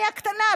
אני הקטנה,